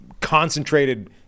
concentrated